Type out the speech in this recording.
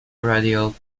radial